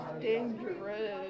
dangerous